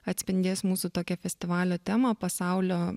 atspindės mūsų tokią festivalio temą pasaulio